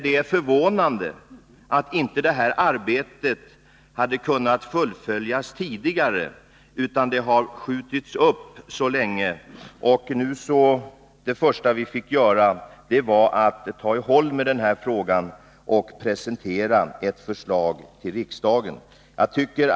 Det är förvånande att arbetet inte kunnat fullföljas tidigare utan har skjutits upp så länge. Det första vi nu fick göra var att ta itu med den här frågan och presentera ett förslag för riksdagen.